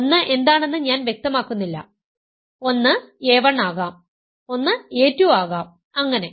1 എന്താണെന്ന് ഞാൻ വ്യക്തമാക്കുന്നില്ല ഒന്ന് a 1 ആകാം ഒന്ന് a 2 ആകാം അങ്ങനെ